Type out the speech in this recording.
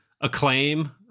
Acclaim